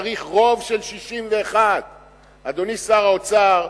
צריך רוב של 61. אדוני שר האוצר,